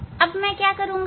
अब मैं क्या करूंगा